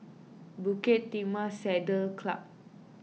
Bukit Timah Saddle Club